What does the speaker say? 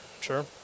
Sure